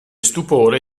stupore